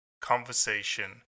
conversation